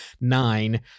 nine